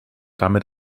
damit